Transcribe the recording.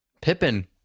Pippin